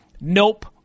nope